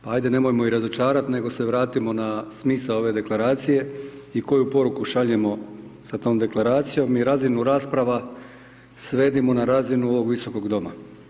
Pa ajde nemojmo ih razočarati, nego se vratimo na smisao ove deklaracije i koju poruku šaljemo sa tom deklaracijom i razinu raspravu svedimo na razinu ovog Visokog doma.